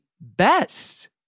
best